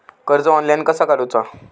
कर्ज ऑनलाइन कसा काडूचा?